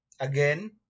again